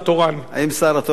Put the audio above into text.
אם הוא השר התורן אז אני סולח לו.